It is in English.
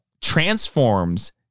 transforms